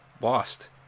Lost